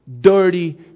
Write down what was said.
dirty